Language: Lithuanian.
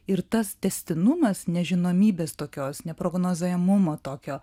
ir tas tęstinumas nežinomybės tokios neprognozuojamumo tokio